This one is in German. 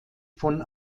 von